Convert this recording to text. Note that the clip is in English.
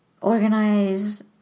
organize